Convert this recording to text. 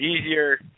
easier